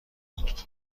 بود